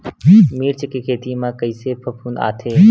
मिर्च के खेती म कइसे फफूंद आथे?